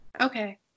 Okay